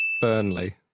Burnley